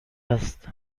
است